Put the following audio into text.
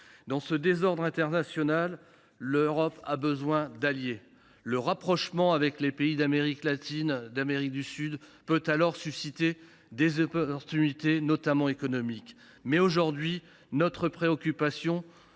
Dans ce désordre international, elle a besoin d’alliés. Le rapprochement avec les pays d’Amérique latine, d’Amérique du Sud, peut alors ouvrir des possibilités, notamment économiques, mais notre préoccupation